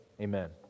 amen